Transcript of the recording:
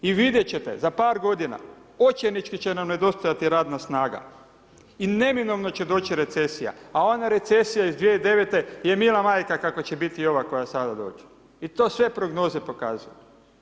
I vidjeti ćete za par godina očajnički će nam nedostajati radna snaga i neminovno će doći recesija a ona recesija iz 2009. je mila majka kakva će biti i ova koja sada dođe i to sve prognoze pokazuju.